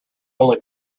only